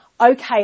okay